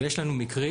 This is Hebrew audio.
ויש לנו מקרים,